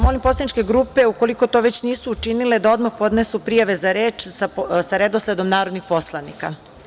Molim poslaničke grupe, ukoliko to već nisu učinili, da odmah podnesu prijave za reč sa redosledom narodnih poslanika.